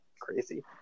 crazy